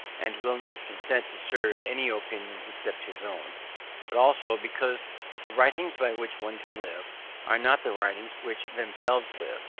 and will not consent to serve any opinions except his own but also because the writings by which one can live are not the writings which themselves live,